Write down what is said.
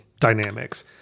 dynamics